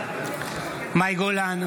נגד מאי גולן,